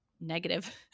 negative